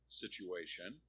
situation